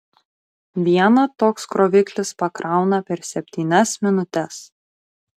vieną toks kroviklis pakrauna per septynias minutes